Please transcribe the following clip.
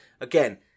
again